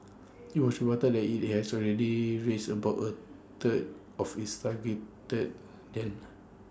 IT was reported that IT has already raised about A third of its target that then